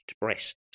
breasts